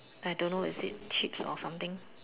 I don't know what is it chips or something